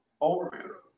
over